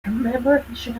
commemoration